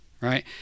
right